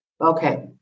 Okay